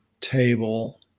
table